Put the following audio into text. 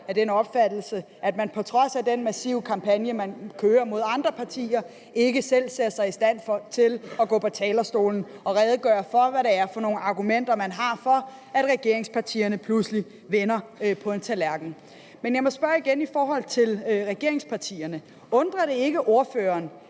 af den opfattelse, at man på trods af den massive kampagne, man kører mod andre partier, ikke selv ser sig i stand til at gå på talerstolen og redegøre for, hvad det er for nogle argumenter, man har for, at regeringspartierne pludselig vender på en tallerken. Jeg må igen stille et spørgsmål angående regeringspartierne. Undrer det ikke ordføreren,